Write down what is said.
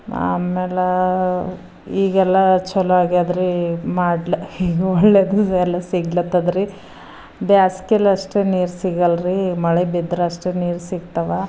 ಆಮೇಲೆ ಈಗೆಲ್ಲ ಚಲೋ ಆಗ್ಯಾದ್ರಿ ಮಾಡ್ಲ ಒಳ್ಳೇದು ಸಿಗ್ಲತ್ತದ್ರಿ ಬೇಸ್ಗೆಯಲ್ಲಿ ಅಷ್ಟೆ ನೀರು ಸಿಗಲ್ರಿ ಮಳೆ ಬಿದ್ದರಷ್ಟೆ ನೀರು ಸಿಗ್ತಾವ